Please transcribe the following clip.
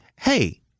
Hey